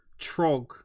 Trog